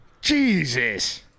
Jesus